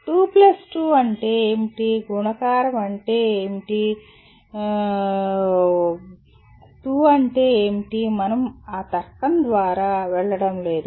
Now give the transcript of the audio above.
2 2 అంటే ఏమిటి గుణకారం అంటే ఏమిటి 2 అంటే ఏమిటి మనం ఆ తర్కం ద్వారా వెళ్ళడం లేదు